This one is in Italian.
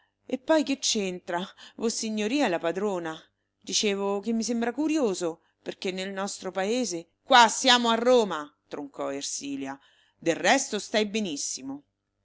e poi che c'entra vossignoria è la padrona dicevo che mi sembra curioso perché nel nostro paese qua siamo a roma troncò ersilia del resto stai benissimo